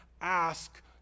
ask